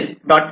x p